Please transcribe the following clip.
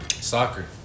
Soccer